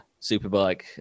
superbike